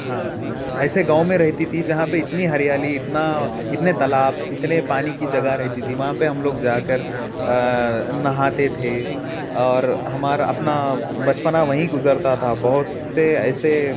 ہاں ایسے گاؤں میں رہتی تھی جہاں پہ اتنی ہریالی اتنا اتنے تالاب اتنے پانی کی جگہ رہتی تھی وہاں پہ ہم لوگ جا کر نہاتے تھے اور ہمارا اپنا بچپنا وہی گزرتا تھا بہت سے ایسے